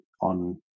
on